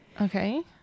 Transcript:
Okay